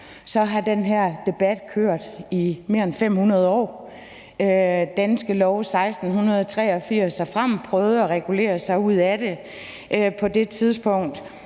har den her debat kørt i mere end 500 år. Danske Lov fra 1683 og frem prøvede at regulere sig ud af det, altså på det tidspunkt,